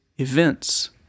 events